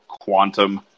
quantum